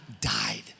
died